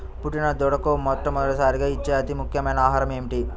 పుట్టిన దూడకు మొట్టమొదటిసారిగా ఇచ్చే అతి ముఖ్యమైన ఆహారము ఏంటి?